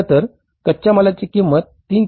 खरतर कच्या मालाची किंमत 3